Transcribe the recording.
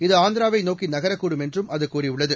இது ஆந்திராவை நோக்கி நகரக்கூடும் என்றும் அது கூறியுள்ளது